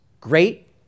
great